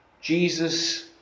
Jesus